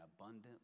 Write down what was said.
abundant